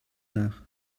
nach